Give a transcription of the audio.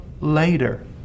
later